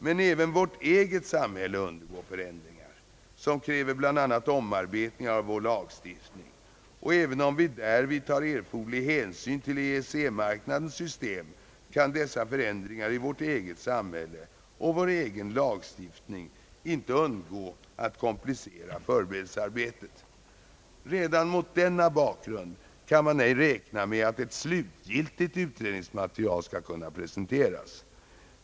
Men även vårt eget samhälle undergår förändringar, som kräver bl.a. omarbetningar av vår lagstiftning. Och även om vi därvid tar erforderlig hänsyn till EEC-mark nadens system kan dessa förändringar i vårt eget samhälle och vår egen lagstiftning inte undgå att komplicera förberedelsearbetet. Redan mot denna bakgrund kan man ej räkna med att ett slutgiltigt utredningsmaterial skall kunna presenteras.